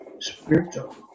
spiritual